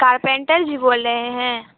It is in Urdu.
کارپینٹر جی بول رہے ہیں